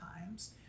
times